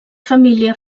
família